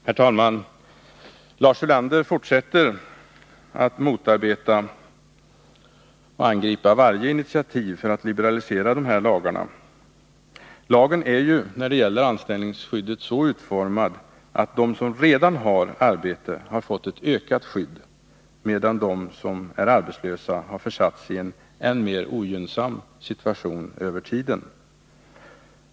Herr talman! Lars Ulander fortsätter att motarbeta och angripa varje initiativ för att liberalisera de här lagarna. Lagen är ju när det gäller anställningsskyddet så utformad att de som redan har arbete har fått ett ökat skydd, medan de som är arbetslösa har försatts i en än mer ogynnsam situation över tiden.